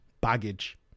Baggage